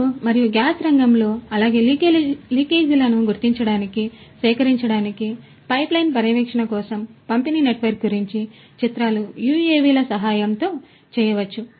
చమురు మరియు గ్యాస్ రంగంలో అలాగే లీకేజీలను గుర్తించడానికి సేకరించడానికి పైప్లైన్ పర్యవేక్షణ కోసం పంపిణీ నెట్వర్క్ గురించి చిత్రాలు UAV ల సహాయంతో చేయవచ్చు